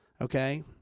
okay